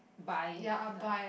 buy ya